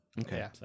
Okay